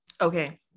okay